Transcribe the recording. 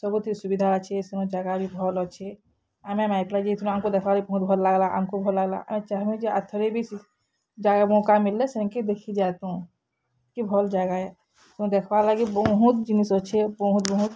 ସବୁଥିର୍ ସୁବିଧା ଅଛେ ସେନ ଜାଗା ବି ଭଲ୍ ଅଛେ ଆମେ ମାଇପିଲା ଯାଇଥିଲୁ ଆମ୍କୁ ଦେଖ୍ବାର୍ ଲାଗି ବହୁତ୍ ଭଲ୍ ଲାଗ୍ଲା ଆମକୁ ଭଲ୍ ଲାଗ୍ଲା ଆମେ ଚାହେଁମୁ ଯେ ଆର୍ ଥରେ ବି ଜାଗା ମଉକା ମିଲ୍ଲେ ସେନ୍କେ ଦେଖିଯାଏତୁଁ କି ଭଲ୍ ଜାଗା ଏ ତୁମେ ଦେଖ୍ବାର୍ ଲାଗି ବହୁତ୍ ଜିନିଷ୍ ଅଛେ ବହୁତ୍ ବହୁତ୍